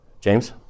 James